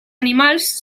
animals